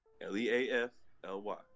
L-E-A-F-L-Y